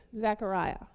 Zechariah